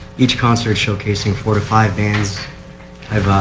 each concert showcasing four five bands. i have